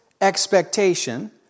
expectation